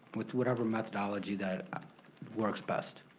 with whatever methodology that works best.